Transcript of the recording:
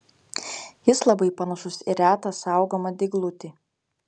jis labai panašus į retą saugomą dyglutį